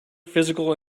physical